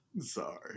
Sorry